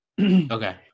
okay